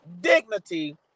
dignity